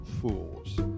Fools